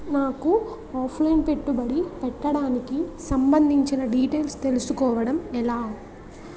నాకు offline పెట్టుబడి పెట్టడానికి సంబందించిన డీటైల్స్ తెలుసుకోవడం ఎలా?